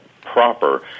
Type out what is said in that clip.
proper